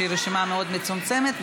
שהיא רשימה מאוד מצומצמת,